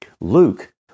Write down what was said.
Luke